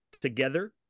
together